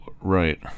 right